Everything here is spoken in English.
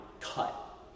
cut